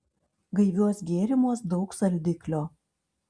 gaiviuos gėrimuos daug saldiklio